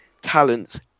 talents